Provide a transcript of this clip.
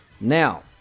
Now